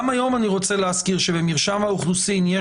גם היום אני רוצה להזכיר שבמרשם האוכלוסין יש